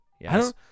Yes